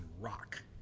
rock